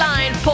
Line